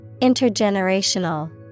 Intergenerational